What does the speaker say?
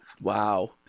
Wow